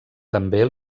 també